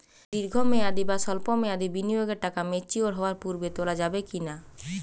দীর্ঘ মেয়াদি বা সল্প মেয়াদি বিনিয়োগের টাকা ম্যাচিওর হওয়ার পূর্বে তোলা যাবে কি না?